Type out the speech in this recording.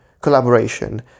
collaboration